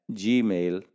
gmail